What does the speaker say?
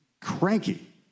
cranky